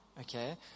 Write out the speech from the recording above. okay